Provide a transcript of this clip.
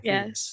Yes